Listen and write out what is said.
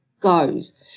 goes